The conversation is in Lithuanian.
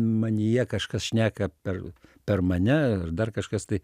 manyje kažkas šneka per per mane ar dar kažkas tai